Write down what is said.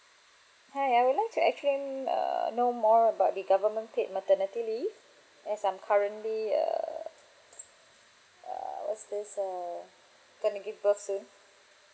hi I would like to actually kn~ err know more about the government paid maternity leave as I'm currently err uh what's this err going to give birth soon